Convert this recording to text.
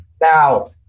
Now